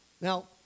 Now